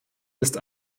ist